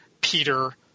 Peter